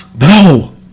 No